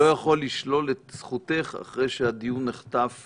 אני לא יכול לשלול את זכותך אחרי שהדיון נחטף